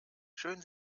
schön